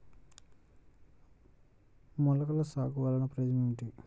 మొలకల సాగు వలన ప్రయోజనం ఏమిటీ?